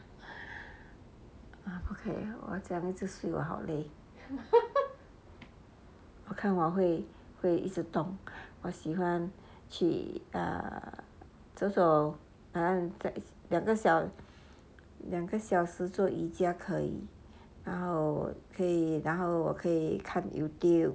我不可以了我 feel 好累我看我会会一直动我喜欢去走走然后两个小时做瑜伽可以然后可以然后我可以看 youtube